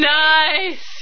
nice